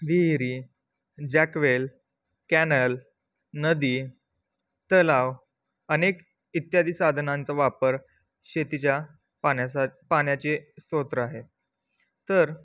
विहिरी jackwell canal नदी तलाव अनेक इत्यादी साधनांचा वापर शेतीच्या पाण्याचा पाण्याचे स्त्रोत आहे तर